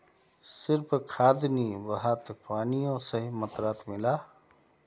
सिर्फ खाद नी वहात पानियों सही मात्रात मिला